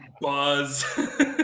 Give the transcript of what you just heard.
buzz